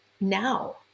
now